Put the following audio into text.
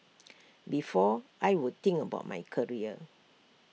before I would think about my career